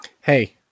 Hey